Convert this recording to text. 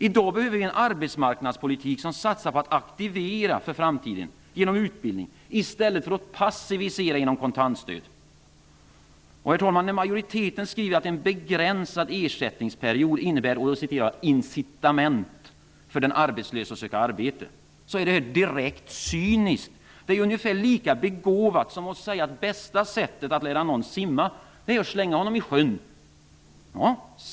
I dag behöver vi en arbetsmarknadspolitik som satsar på att aktivera för framtiden genom utbildning i stället för att passivisera genom kontantstöd. När majoriteten skriver att en begränsad ersättningsperiod innebär ett ''incitament'' för den arbetslöse att söka arbete är det direkt cyniskt. Det är ungefär lika begåvat som att säga att bästa sättet att lära någon simma är att slänga vederbörande i sjön.